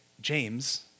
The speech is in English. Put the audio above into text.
James